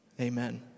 Amen